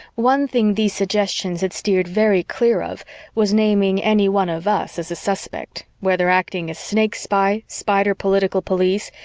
one thing these suggestions had steered very clear of was naming any one of us as a suspect, whether acting as snake spy, spider political police,